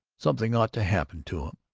something ought to happen to em.